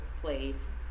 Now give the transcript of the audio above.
place